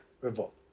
Revolt